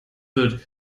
wird